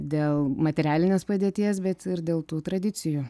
dėl materialinės padėties bet ir dėl tų tradicijų